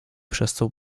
przestał